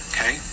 Okay